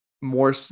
More